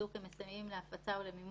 לצווים אחרים שמתייחסים לעשרות ומאות